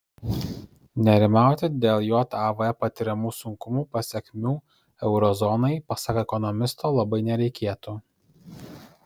nerimauti dėl jav patiriamų sunkumų pasekmių euro zonai pasak ekonomisto labai nereikėtų